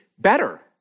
better